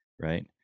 right